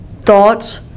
thoughts